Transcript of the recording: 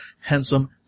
handsome